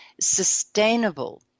sustainable